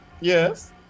Yes